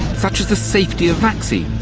such as the safety of vaccines.